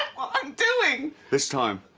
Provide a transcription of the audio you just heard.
i'm doing. this time.